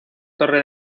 torre